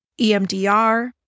EMDR